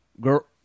girl